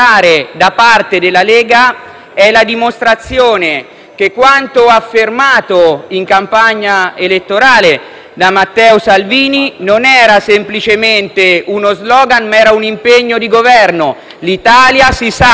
è la dimostrazione che quanto affermato in campagna elettorale da Matteo Salvini non era semplicemente uno *slogan* ma era un impegno di governo: l'Italia si salva tutta insieme,